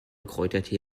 kräutertee